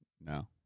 No